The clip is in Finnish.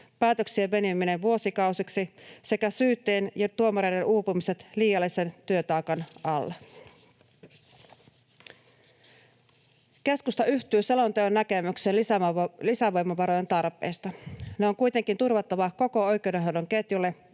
päätöksien venyminen vuosikausiksi sekä syyttäjien ja tuomareiden uupumiset liiallisen työtaakan alle. Keskusta yhtyy selonteon näkemykseen lisävoimavarojen tarpeesta. Ne on kuitenkin turvattava koko oikeudenhoidon ketjulle